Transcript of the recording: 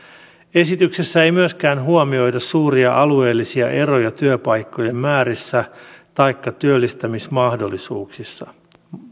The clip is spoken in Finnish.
esityksessä ei myöskään huomioida suuria alueellisia eroja työpaikkojen määrissä taikka työllistymismahdollisuuksissa